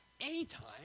anytime